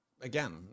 again